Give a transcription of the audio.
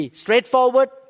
straightforward